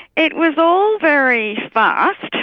it was all very fast